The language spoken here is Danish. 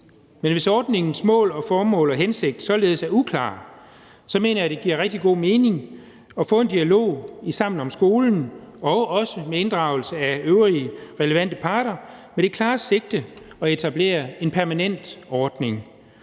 Men hvis ordningens mål, formål og hensigt således er uklare, så mener jeg, at det giver rigtig god mening at få en dialog i Sammen om Skolen og også med inddragelse af øvrige relevante parter med det klare sigte at etablere en permanent ordning.